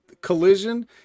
Collision